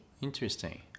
Interesting